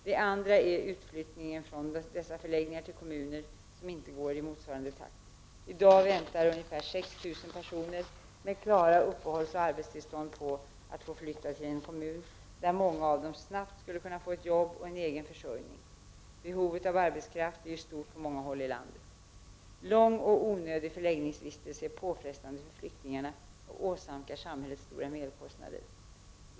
Det andra är att utflyttningen från dessa förläggningar till kommunerna inte går i motsvarande takt. I dag väntar ungefär 6000 personer med klara uppehållsoch arbetstillstånd på att få flytta till en kommun, där många av dem snabbt skulle kunna få ett jobb och en egen försörjning — behovet av arbetskraft är ju stort på många håll i landet. Lång och onödig förläggningsvistelse är påfrestande för flyktingarna och åsamkar samhället stora merkostnader.